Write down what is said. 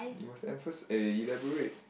you must emphasi~ eh elaborate